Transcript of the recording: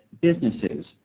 businesses